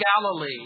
Galilee